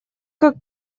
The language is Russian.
как